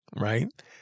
right